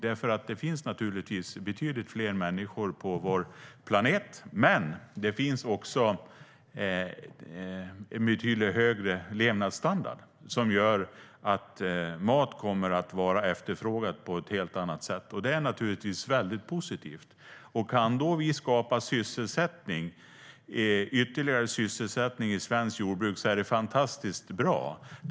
Det finns naturligtvis betydligt fler människor på vår planet, men det finns också en betydligt högre levnadsstandard som gör att mat kommer att vara efterfrågad på ett helt annat sätt. Det är naturligtvis mycket positivt. Om vi då kan skapa ytterligare sysselsättning i svenskt jordbruk är det fantastiskt bra.